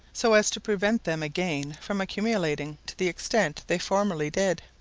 so as to prevent them again from accumulating to the extent they formerly did.